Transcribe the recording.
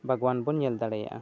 ᱵᱟᱜᱽᱣᱟᱱ ᱵᱚᱱ ᱧᱮᱞ ᱫᱟᱲᱮᱭᱟᱜᱼᱟ